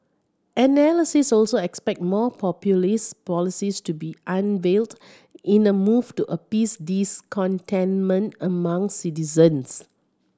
analysts also expect more populist policies to be unveiled in a move to appease discontentment among citizens